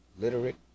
literate